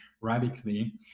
radically